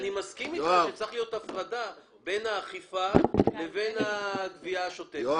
אני מסכים אתך שצריכה להיות הפרדה בין האכיפה לבין הגבייה השוטפת.